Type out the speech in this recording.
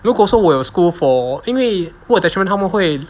如果说我有 school for 因为 work attachment 他们会